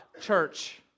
church